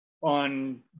on